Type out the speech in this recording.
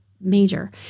major